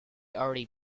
already